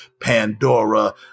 Pandora